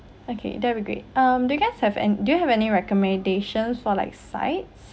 okay that'll be great um do you guys have an do you have any recommendations for like sides